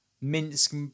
Minsk